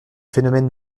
phénomène